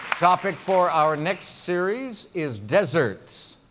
topic for our next series is deserts.